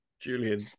Julian